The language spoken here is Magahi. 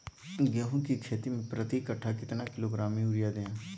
गेंहू की खेती में प्रति कट्ठा कितना किलोग्राम युरिया दे?